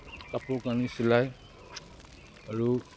কাপোৰ কানি চিলাই আৰু